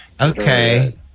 Okay